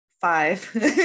five